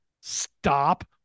stop